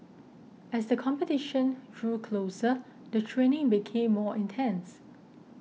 as the competition drew closer the training became more intense